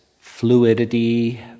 fluidity